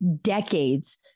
decades